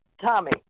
Tommy